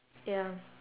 ya